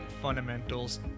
Fundamentals